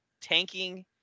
tanking